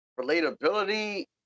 relatability